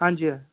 हां जी